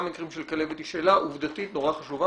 מקרים של כלבת היא שאלה עובדתית נורא חשובה,